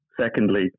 Secondly